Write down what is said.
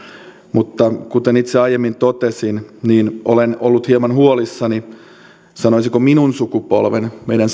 mutta kuten itse aiemmin totesin olen ollut hieman huolissani sanoisinko minun sukupolveni meidän